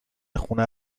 خونه